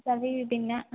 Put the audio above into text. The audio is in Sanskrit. सर्वेपि भिन्नाः